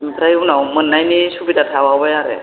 ओमफ्राय उनाव मोननायनि सुबिदा थाबावबाय आरो